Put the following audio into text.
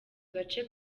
gace